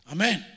Amen